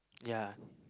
ya